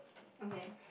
okay